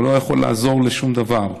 ולא יכול לעזור לשום דבר.